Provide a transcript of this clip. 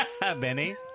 benny